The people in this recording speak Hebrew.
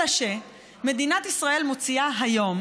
אלא שמדינת ישראל מוציאה היום,